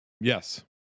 Yes